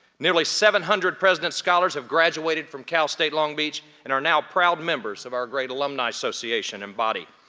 nearly seven hundred president's scholars have graduated from cal state long beach, and are now proud members of our great alumni association and body.